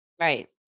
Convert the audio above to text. Right